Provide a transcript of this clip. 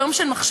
יום של מחשבה,